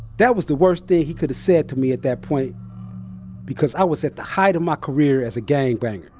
that was the worst thing he could have said to me at that point because i was at the height of my career as a gangbanger